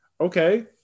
Okay